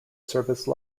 service